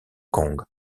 kong